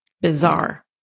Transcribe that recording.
Bizarre